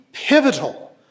pivotal